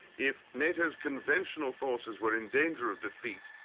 if nato's conventional forces were in danger of defeat,